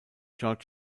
george